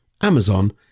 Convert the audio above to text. amazon